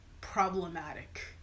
problematic